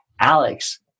Alex